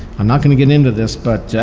i'm not going to get into this, but